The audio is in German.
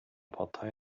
partei